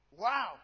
Wow